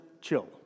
chill